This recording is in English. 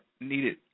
needed